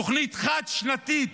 תוכנית חד-שנתית